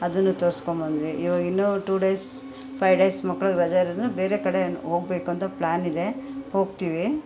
ಅದನ್ನು ತೋರ್ಸ್ಕೊಂಡ್ಬಂದ್ವಿ ಇವಾಗ ಇನ್ನೂ ಟೂ ಡೇಸ್ ಫೈವ್ ಡೇಸ್ ಮಕ್ಳಿಗೆ ರಜೆ ಇದೆ ಅಂದರೆ ಬೇರೆ ಕಡೆ ಹೋಗ್ಬೇಕು ಅಂತ ಪ್ಲಾನಿದೆ ಹೋಗ್ತೀವಿ